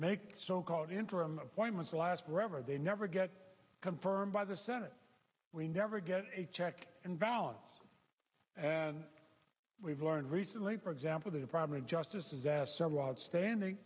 make so called interim appointments last forever they never get confirmed by the senate we never get a check and balance and we've learned recently for example that the primary justices asked several outstanding